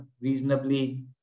reasonably